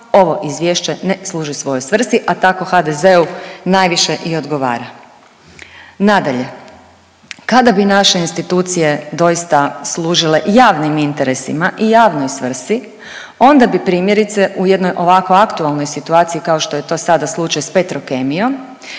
ovo izvješće ne služi svojoj svrsi, a tako HDZ-u najviše i odgovara. Nadalje, kada bi naše institucije doista služile javnim interesima i javnoj svrsi onda bi primjerice u jednoj ovako aktualnoj situaciji kao što je to sada slučaj sa Petrokemijom